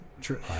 True